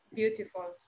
beautiful